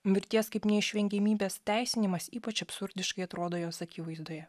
mirties kaip neišvengiamybės teisinimas ypač absurdiškai atrodo jos akivaizdoje